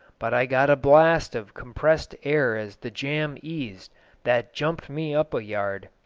but i got a blast of compressed air as the jam eased that jumped me up a yard.